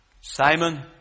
Simon